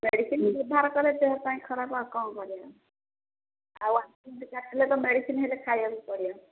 medicine ବ୍ୟବହାର କଲେ ଦେହ ପାଇଁ ଖରାପ ଆଉ କ'ଣ କରିବା ଆଉ ୱାକିଙ୍ଗ ଆସିଲେ ତ ମେଡ଼ିସିନ୍ ହେଲେ ଖାଇବାକୁ ପଡ଼ିବା